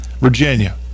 Virginia